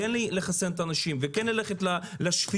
כן לחסן את האנשים וכן ללכת לשפיות.